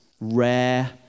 rare